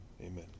amen